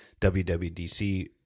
WWDC